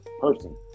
person